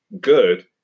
good